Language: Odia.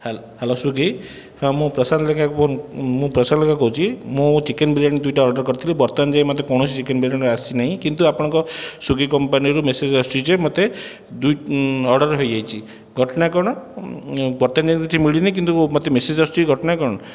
ହ୍ୟାଲୋ ସ୍ଵୀଗି ହଁ ମୁଁ ପ୍ରଶାନ୍ତ ଲେଙ୍କା ମୁଁ ପ୍ରଶାନ୍ତ ଲେଙ୍କା କହୁଛି ମୁଁ ଚିକେନ ବିରିୟାନି ଦୁଇଟା ଅର୍ଡ଼ର କରିଥିଲି ବର୍ତ୍ତମାନ ଯାଏଁ ମୋତେ କୌଣସି ଚିକେନ ବିରିୟାନି ଆସି ନାହିଁ କିନ୍ତୁ ଆପଣଙ୍କ ସ୍ଵୀଗି କମ୍ପାନିରୁ ମେସେଜ ଆସିଛି ଯେ ମୋତେ ଦୁଇ ଅର୍ଡ଼ର ହୋଇଯାଇଛି ଘଟଣା କ'ଣ ମୋତେ କିଛି ମିଳିନି କିନ୍ତୁ ମୋତେ ମେସେଜ ଆସିଛି ଘଟଣା କ'ଣ